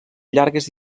llargues